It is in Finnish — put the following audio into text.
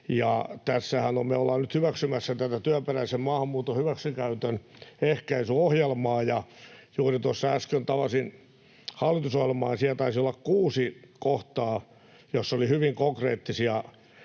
tässähän me ollaan nyt hyväksymässä tätä työperäisen maahanmuuton hyväksikäytön ehkäisyohjelmaa. Juuri tuossa äsken tavasin hallitusohjelmaa, ja siinä taisi olla kuusi kohtaa, joissa oli hyvin konkreettisia